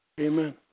Amen